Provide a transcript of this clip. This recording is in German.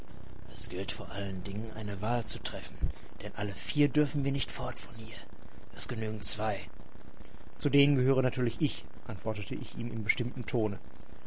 es gilt vor allen dingen eine wahl zu treffen denn alle vier dürfen wir nicht fort von hier es genügen zwei zu denen gehöre natürlich ich antwortete ich ihm in bestimmtem tone